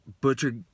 Butcher